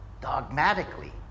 dogmatically